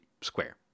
square